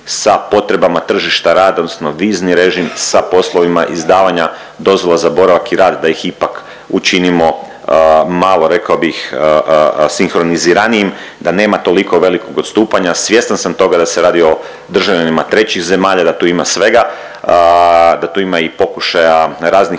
sa potrebama tržišta rada odnosno vizni režim sa poslovima izdavanja dozvola za boravak i rad da ih ipak učinimo malo rekao bih sinhroniziranijim da nema toliko velikog odstupanja. Svjestan sam toga se radi o državljanima trećih zemalja, da tu ima svega, da tu ima i pokušaja raznih